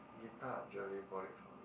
bought it for me